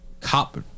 cop